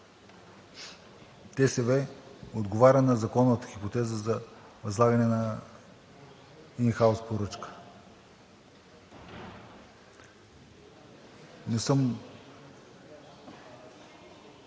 ТСВ отговаря на законовата хипотеза за възлагане на ин хаус поръчка.